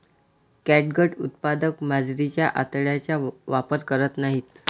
catgut उत्पादक मांजरीच्या आतड्यांचा वापर करत नाहीत